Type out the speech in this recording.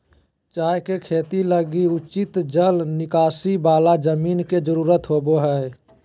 चाय के खेती लगी उचित जल निकासी वाला जमीन के जरूरत होबा हइ